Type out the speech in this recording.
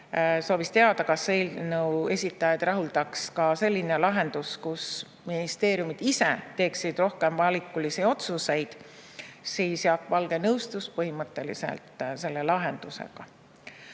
soovis teada, kas eelnõu esitajaid rahuldaks ka selline lahendus, et ministeeriumid ise teeksid rohkem valikulisi otsuseid, siis Jaak Valge põhimõtteliselt nõustus selle lahendusega.